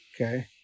Okay